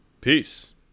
Peace